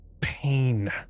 pain